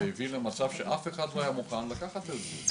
הביא למצב שאף אחד לא היה מוכן לקחת את זה.